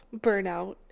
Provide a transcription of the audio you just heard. burnout